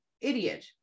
idiot